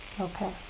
Okay